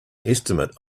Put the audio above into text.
estimate